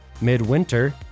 Midwinter